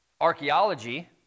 archaeology